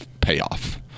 payoff